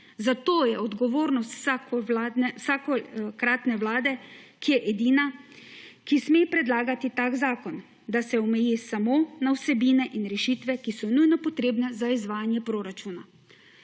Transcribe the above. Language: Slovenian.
zato je odgovornost vsakokratne vlade, ki je edina, ki sme predlagati tak zakon, da se omeji samo na vsebine in rešitve, ki so nujno potrebne za izvajanje proračuna.